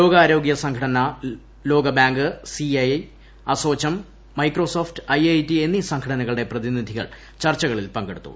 ലോകാരോഗൃ സംഘടന ലോകബാങ്ക് സിഐഐ അസോചം അമൈക്രോസോഫ്റ്റ് ഐഐറ്റി എന്നീ സംഘടനകളുടെ പ്രതിനിധികൾ ചർച്ചകളിൽ പങ്കെടുത്തു